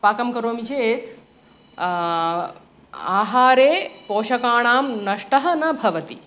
पाकं करोमि चेत् आहारे पोषकाणां नष्टः न भवति